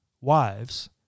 wives